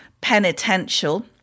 penitential